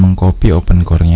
um copy open core yeah